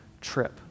trip